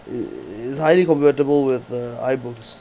highly compatible with uh ibooks